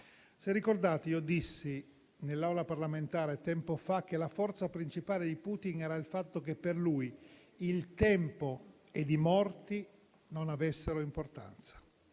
Se ricordate, dissi in un'Aula parlamentare tempo fa che la forza principale di Putin era il fatto che per lui il tempo ed i morti non avessero importanza,